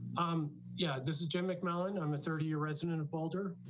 um, yeah, this is jimmy mcmillan, i'm a thirty year resident of boulder.